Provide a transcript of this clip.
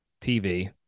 TV